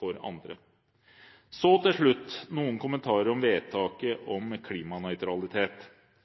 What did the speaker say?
for andre. Til slutt noen kommentarer om vedtaket om klimanøytralitet.